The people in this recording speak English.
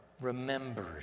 remembered